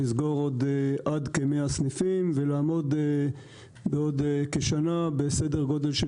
לסגור עוד עד כ-100 סניפים ולעמוד בעוד כשנה עם סדר גודל של